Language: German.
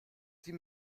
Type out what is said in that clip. sie